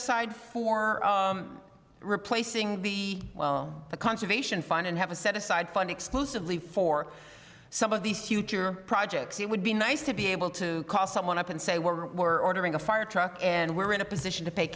aside for replacing the well the conservation fund and have a set aside fund exclusively for some of these future projects it would be nice to be able to call someone up and say we're we're ordering a fire truck and we're in a position to pay